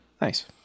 Nice